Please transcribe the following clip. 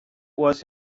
was